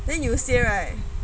then you will see right